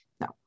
No